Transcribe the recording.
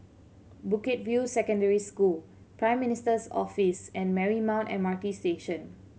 Bukit View Secondary School Prime Minister's Office and Marymount M R T Station